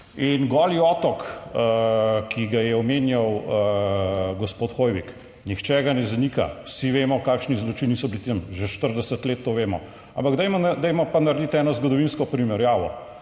In Goli otok ki ga je omenjal gospod Hoivik. Nihče ga ne zanika, vsi vemo kakšni zločini so bili tam, že 40 let to vemo, ampak dajmo, dajmo pa narediti eno zgodovinsko primerjavo.